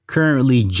Currently